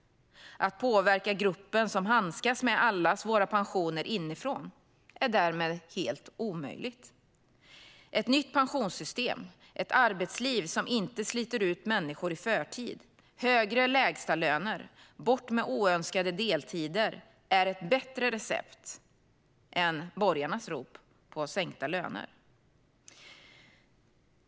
Att påverka gruppen som handskas med allas våra pensioner inifrån är därmed helt omöjligt. Ett nytt pensionssystem, ett arbetsliv som inte sliter ut människor i förtid, högre lägstalöner och bort med oönskade deltider är ett bättre recept än borgarnas rop på sänkta löner.